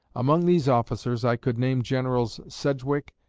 among these officers i could name generals sedgwick,